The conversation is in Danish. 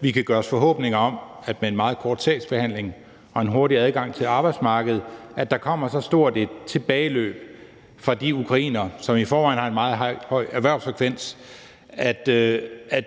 vi kan gøre os forhåbninger om, at der med en meget kort sagsbehandling og en hurtig adgang til arbejdsmarkedet kommer et så stort tilbageløb fra de ukrainere, fordi de i forvejen har en meget høj erhvervsfrekvens, at